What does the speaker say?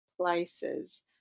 places